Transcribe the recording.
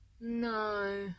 No